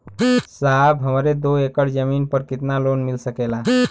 साहब हमरे दो एकड़ जमीन पर कितनालोन मिल सकेला?